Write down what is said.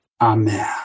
amen